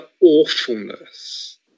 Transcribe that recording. awfulness